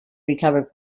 recover